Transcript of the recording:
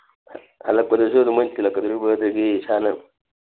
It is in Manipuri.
ꯍꯜꯂꯛꯄꯗꯁꯨ ꯑꯗꯨꯝ ꯃꯣꯏꯅ ꯊꯤꯜꯂꯛꯀꯗꯧꯔꯤꯕ꯭ꯔꯥ ꯑꯗꯩꯗꯤ ꯏꯁꯥꯅ